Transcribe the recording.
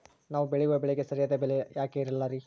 ನಾವು ಬೆಳೆಯುವ ಬೆಳೆಗೆ ಸರಿಯಾದ ಬೆಲೆ ಯಾಕೆ ಇರಲ್ಲಾರಿ?